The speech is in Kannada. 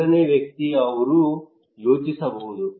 ಮೂರನೇ ವ್ಯಕ್ತಿ ಅವರು ಯೋಚಿಸಬಹುದು